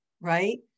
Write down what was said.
right